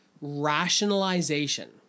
rationalization